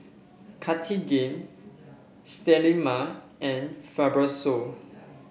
Cartigain Sterimar and Fibrosol